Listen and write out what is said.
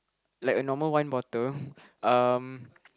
like a normal wine bottle um